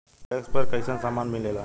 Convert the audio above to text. OLX पर कइसन सामान मीलेला?